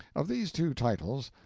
of these two titles,